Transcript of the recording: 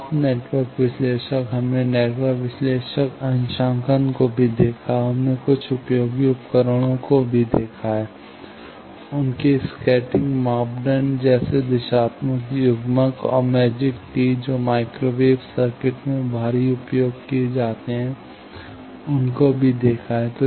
माप नेटवर्क विश्लेषक हमने नेटवर्क विश्लेषक अंशांकन को भी देखा है और हमने कुछ उपयोगी उपकरणों को भी देखा है उनके स्कैटरिंग मापदंड जैसे दिशात्मक युग्मक और मैजिक टी जो माइक्रोवेव सर्किट में भारी उपयोग किए जाते हैं उनको भी देखा है